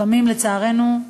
לפעמים, לצערנו,